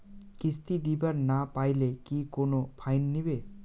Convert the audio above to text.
কিস্তি দিবার না পাইলে কি কোনো ফাইন নিবে?